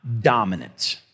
dominance